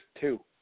two